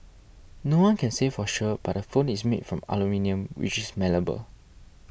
no one can say for sure but the phone is made from aluminium which is malleable